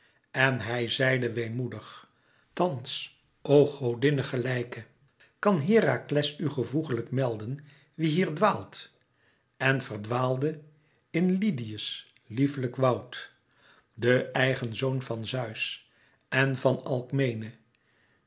en hij zeide weemoedig thans o godinne gelijke kan herakles u gevoegelijk melden wie hier dwaalt en verdwaalde in lydië's lieflijk woud de eigen zoon van zeus en van alkmene